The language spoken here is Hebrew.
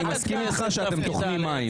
אני מסכים איתך שאתם טוחנים מים.